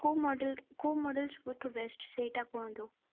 କେଉଁ ମଡ଼େଲ୍ କେଉଁ ମଡ଼େଲ୍ ସବୁଠୁ ବେଷ୍ଟ୍ ସେଇଟା କୁହନ୍ତୁ